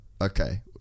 okay